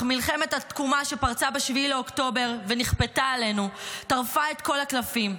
אך מלחמת התקומה שפרצה ב-7 באוקטובר ונכפתה עלינו טרפה את כל הקלפים.